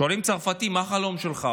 שואלים צרפתי: מה החלום שלך?